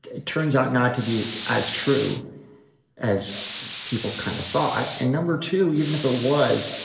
it turns out not to be as true as people kind of thought. and number two, even if it was,